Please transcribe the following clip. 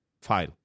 file